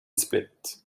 split